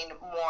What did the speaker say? more